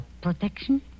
protection